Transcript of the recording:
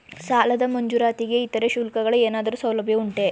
ಸಾಲದ ಮಂಜೂರಾತಿಗೆ ಇತರೆ ಶುಲ್ಕಗಳ ಏನಾದರೂ ಸೌಲಭ್ಯ ಉಂಟೆ?